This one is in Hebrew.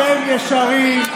אתם ישרים,